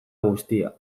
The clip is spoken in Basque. guztia